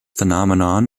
phenomenon